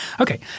Okay